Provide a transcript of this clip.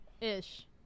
ish